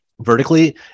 Vertically